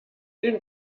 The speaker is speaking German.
den